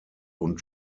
und